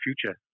future